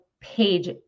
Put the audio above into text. page